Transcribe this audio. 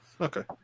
okay